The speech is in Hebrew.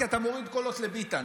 כי אתה מוריד קולות לביטן.